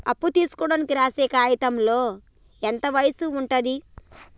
అప్పు తీసుకోనికి రాసే కాయితంలో ఎంత వయసు ఉంటది?